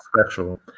special